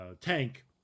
tank